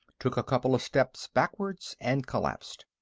took a couple of steps backwards, and collapsed.